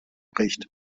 bricht